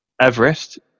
Everest